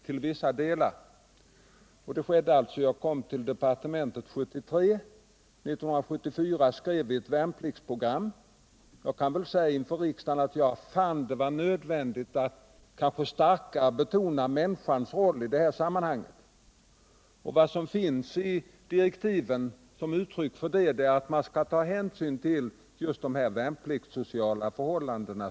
Jag kom till departementet 1973, och 1974 skrev vi ett värnpliktsprogram. Jag vill gärna säga inför riksdagen att jag därvid fann det nödvändigt att starkare betona människans roll i försvaret. Det tog sig uttryck i att i direktiven skrevs in att hänsyn skall tas till just de värnpliktssociala förhållandena.